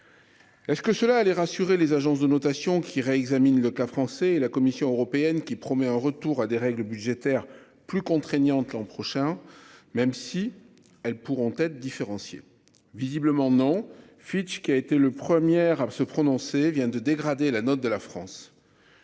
Est-ce que cela allait rassurer les agences de notation qui réexamine le cas français et la Commission européenne qui promet un retour à des règles budgétaires plus contraignantes. L'an prochain, même si elles pourront être différencié. Visiblement non. Fitch qui a été le premier à se prononcer vient de dégrader la note de la France.